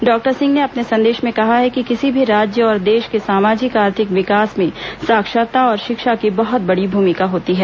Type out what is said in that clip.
doctor सिंह ने अपने संदेश में कहा है कि किसी भी राज्य और देश के सामाजिक आर्थिक विकास में साक्षरता और शिक्षा की बहत बड़ी भूमिका होती है